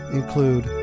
include